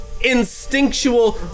instinctual